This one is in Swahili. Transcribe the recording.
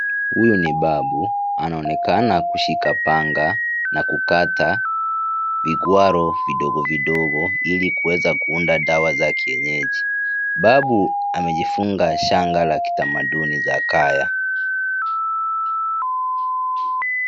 Huyo ni Babu. Anaonekana kushika panga na kukata piguaro fidogo-fidogo ili kweza kuunda dawa za kienyeji. Babu amejifunga shanga la kitamaduni za kaya.